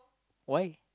why